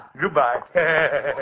Goodbye